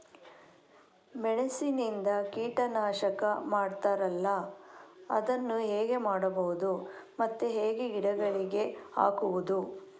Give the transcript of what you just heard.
ಮೆಣಸಿನಿಂದ ಕೀಟನಾಶಕ ಮಾಡ್ತಾರಲ್ಲ, ಅದನ್ನು ಹೇಗೆ ಮಾಡಬಹುದು ಮತ್ತೆ ಹೇಗೆ ಗಿಡಗಳಿಗೆ ಹಾಕುವುದು?